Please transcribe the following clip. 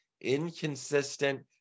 inconsistent